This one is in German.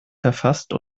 verfasst